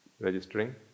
registering